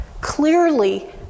Clearly